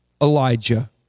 Elijah